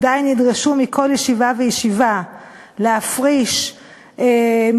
עדיין ידרשו מכל ישיבה וישיבה להפריש מספר